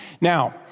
Now